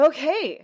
Okay